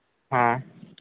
ᱦᱮᱸ